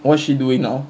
what's she doing now